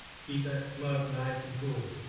keep that smoke, nice and cool.